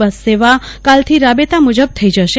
બસ સેવા કાલથી રાબેતા મુજબ થઇ જશે